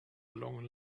long